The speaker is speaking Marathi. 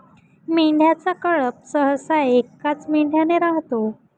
मेंढ्यांचा कळप सहसा एकाच मेंढ्याने राहतो